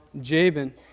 Jabin